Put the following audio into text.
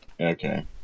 okay